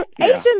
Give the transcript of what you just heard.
Asian